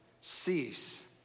Cease